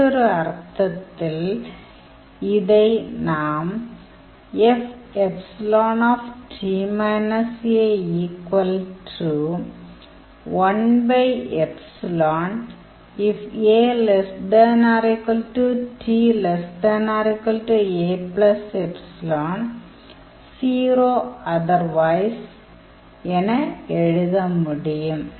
மற்றொரு அர்த்தத்தில் இதை நாம் என எழுத முடியும்